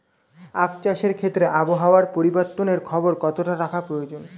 আখ চাষের ক্ষেত্রে আবহাওয়ার পরিবর্তনের খবর কতটা রাখা প্রয়োজন?